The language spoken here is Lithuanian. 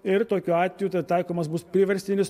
ir tokiu atveju taikomas bus priverstinis